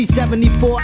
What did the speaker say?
C74